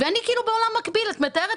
אני כאילו חיה בעולם מקביל כי את מתארת